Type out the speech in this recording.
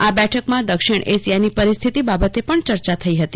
આ બેઠકમાં દક્ષિણ એશિયાની પરિસ્થિતિ બાબતે પણ ચર્ચા થઇ હતી